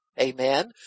Amen